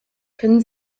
können